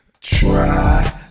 Try